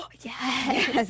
yes